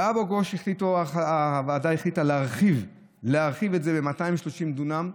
באבו גוש הוועדה החליטה להרחיב את זה ב-230 דונם,